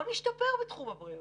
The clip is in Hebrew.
לא נשתפר בתחום הבריאות.